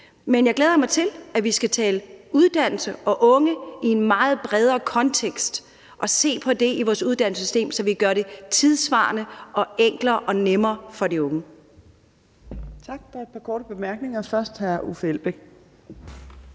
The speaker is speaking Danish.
Men jeg glæder mig til, at vi skal tale uddannelse og unge i en meget bredere kontekst og se på det i vores uddannelsessystem, så vi gør det tidssvarende og enklere og nemmere for de unge.